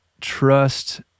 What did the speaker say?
trust